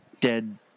dead